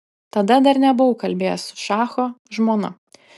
tada dar nebuvau kalbėjęs su šacho žmona